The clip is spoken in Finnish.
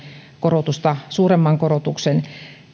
korotusta suuremman korotuksen